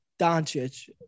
Doncic